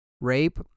rape